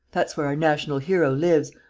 that's where our national hero lives,